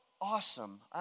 awesome